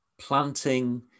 planting